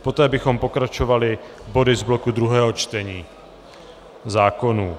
Poté bychom pokračovali body z bloku druhého čtení zákonů.